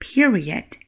Period